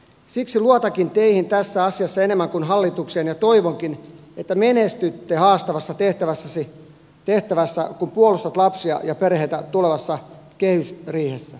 siksi luotankin teihin tässä asiassa enemmän kuin hallitukseen ja toivonkin että menestytte haastavassa tehtävässänne kun puolustatte lapsia ja perheitä tulevassa kehysriihessä